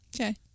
Okay